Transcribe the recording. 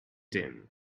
din